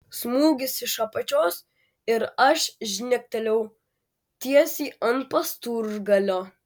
smūgis iš apačios ir aš žnektelėjau tiesiai ant pasturgalio